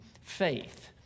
faith